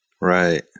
Right